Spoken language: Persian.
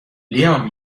لیام